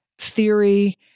theory